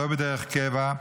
שלא בדרך קבע,